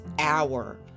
hour